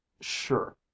Sure